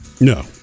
No